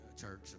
Church